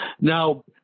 Now